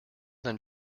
than